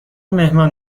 مهمان